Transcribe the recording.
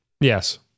Yes